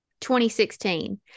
2016